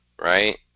right